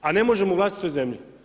a ne možemo u vlastitoj zemlji.